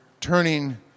turning